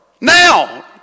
Now